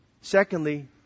Secondly